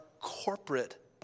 corporate